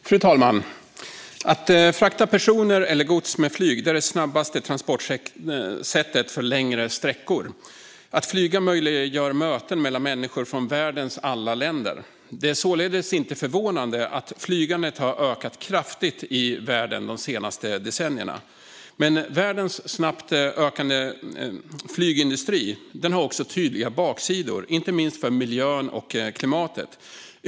Fru talman! Att frakta personer eller gods med flyg är det snabbaste transportsättet för längre sträckor. Att flyga möjliggör möten mellan människor från världens alla länder. Det är således inte förvånande att flygandet har ökat kraftigt i världen de senaste decennierna. Men världens snabbt växande flygindustri har också tydliga baksidor, inte minst för miljön och klimatet.